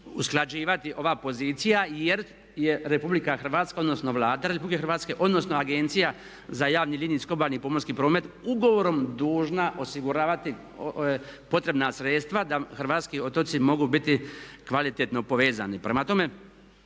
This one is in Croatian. usklađivati ova pozicija jer je RH odnosno Vlada Republike Hrvatske, odnosno Agencija za javni linijski obalni pomorski promet ugovorom dužna osiguravati potrebna sredstva da hrvatski otoci mogu biti kvalitetno povezani.